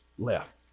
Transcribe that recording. Left